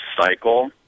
cycle